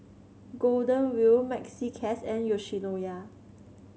Golden Wheel Maxi Cash and Yoshinoya